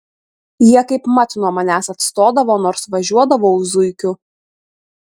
jie kaip mat nuo manęs atstodavo nors važiuodavau zuikiu